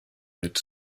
mit